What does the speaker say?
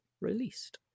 released